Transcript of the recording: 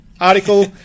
Article